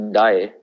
die